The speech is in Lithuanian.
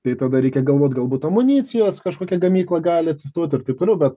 tai tada reikia galvot galbūt amunicijos kažkokia gamykla gali atsistot ir taip toliau bet